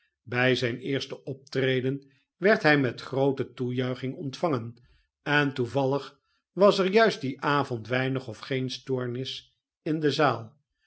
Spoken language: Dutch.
bij zijn eerste optreden werd hij met groote toejuiching ontvangen en toevallig was er juist dien avond weinig of geen stoornis in de zaal